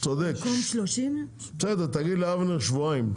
תגיד לאבנר שבועיים,